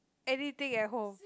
anything at home